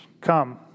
come